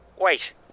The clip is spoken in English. Wait